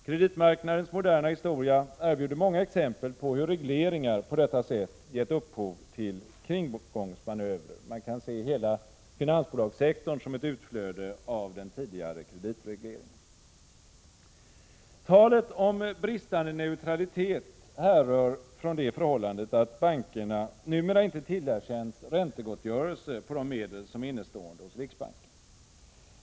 Kreditmarknadens moderna historia erbjuder många exempel på hur regleringar på detta sätt gett upphov till kringgångsmanövrer. Man kan se hela finansbolagssektorn som ett utflöde av den tidigare kreditregleringen. Talet om bristande neutralitet härrör från det förhållandet att bankerna numera inte tillerkänns räntegottgörelse på de medel som är innestående hos riksbanken.